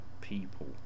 people